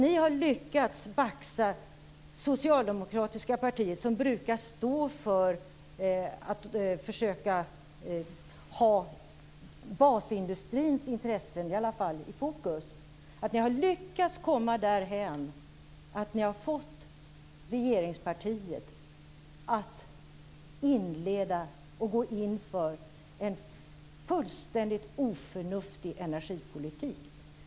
Ni har lyckats baxa det socialdemokratiska partiet, som brukar stå för att åtminstone försöka ha basindustrins intressen i fokus, att gå in för en fullständigt oförnuftig energipolitik.